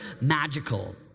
magical